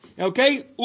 Okay